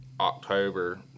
October